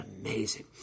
amazing